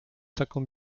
taką